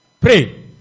pray